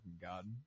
god